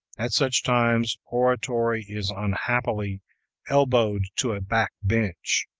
at such times oratory is unhappily elbowed to a back bench,